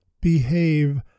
behave